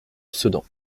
sedan